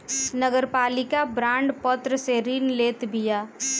नगरपालिका बांड पत्र से ऋण लेत बिया